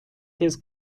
his